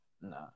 nah